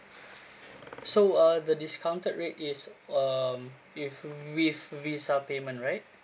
so uh the discounted rate is um if with visa payment right